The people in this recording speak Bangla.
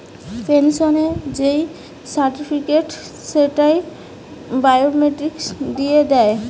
পেনসনের যেই সার্টিফিকেট, সেইটা বায়োমেট্রিক দিয়ে দেয়